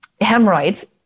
hemorrhoids